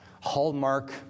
Hallmark